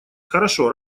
хорошо